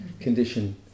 condition